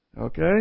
Okay